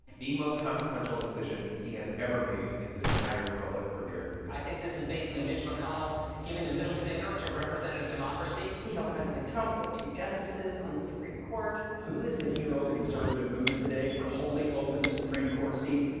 the most consequential decision he has ever made in his entire public career i think this is basically mitch mcconnell giving the middle finger to representative democracy he helped president trump put two justices on the supreme court and who is the hero of the conservative movement today for holding open the supreme court seat?